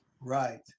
Right